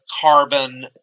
carbon